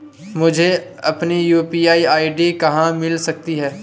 मुझे अपनी UPI ID कहां मिल सकती है?